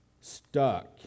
stuck